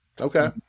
Okay